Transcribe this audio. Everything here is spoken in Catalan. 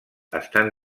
estan